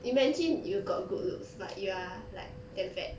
imagine you got good looks but you are like damn fat